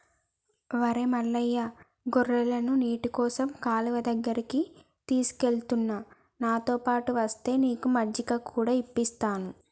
ఒరై మల్లయ్య గొర్రెలను నీటికోసం కాలువ దగ్గరికి తీసుకుఎలుతున్న నాతోపాటు ఒస్తే నీకు మజ్జిగ కూడా ఇప్పిస్తాను